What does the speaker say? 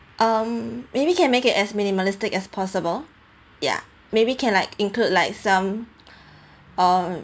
um maybe can make it as minimalistic as possible ya maybe can like include like some uh